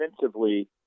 defensively